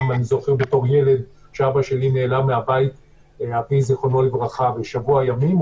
גם אני זוכר בתור ילד שאבא שלי ז"ל נעלם מן הבית לשבוע ימים,